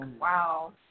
wow